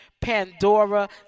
Pandora